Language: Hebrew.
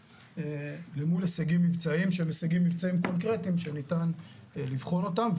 למול הישגים מבצעיים שהם הישגים מבצעיים קונקרטיים שניתן לבחון אותם,